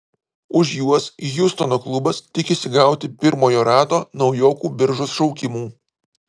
už juos hjustono klubas tikisi gauti pirmojo rato naujokų biržos šaukimų